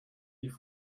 die